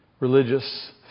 Religious